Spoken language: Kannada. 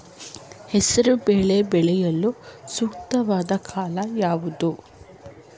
ಹೆಸರು ಬೇಳೆ ಬೆಳೆಯಲು ಸೂಕ್ತವಾದ ಕಾಲ ಯಾವುದು?